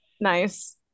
Nice